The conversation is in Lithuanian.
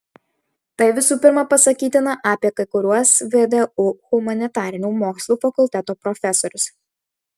tai visų pirma pasakytina apie kai kuriuos vdu humanitarinių mokslų fakulteto profesorius